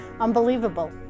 unbelievable